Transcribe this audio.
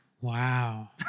wow